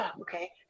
okay